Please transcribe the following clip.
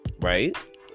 right